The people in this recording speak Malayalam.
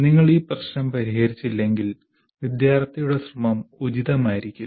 നിങ്ങൾ ഈ പ്രശ്നം പരിഹരിച്ചില്ലെങ്കിൽ വിദ്യാർത്ഥിയുടെ ശ്രമം ഉചിതമായിരിക്കില്ല